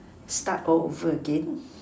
start all over again